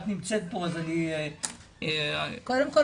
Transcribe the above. את נמצאת פה אז אני --- קודם כל,